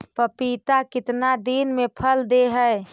पपीता कितना दिन मे फल दे हय?